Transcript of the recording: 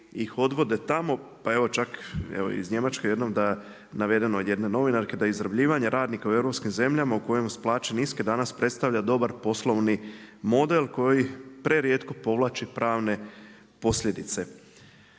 ih odvode tamo. Pa evo čak evo iz Njemačke jednom da navedem od jedne novinarke da izrabljivanje radnika u europskim zemljama u kojima su plaće niske danas predstavlja dobar poslovni model koji prerijetko povlači pravne posljedice.